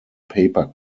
paper